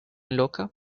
loca